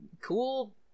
cool